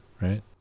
right